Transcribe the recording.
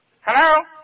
Hello